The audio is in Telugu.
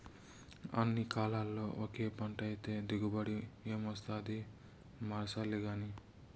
అన్ని కాలాల్ల ఒకే పంటైతే దిగుబడి ఏమొస్తాది మార్సాల్లగానీ